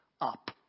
up